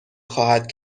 خواهد